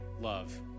love